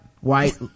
White